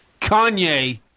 Kanye